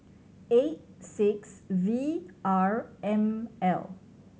eight six V R M L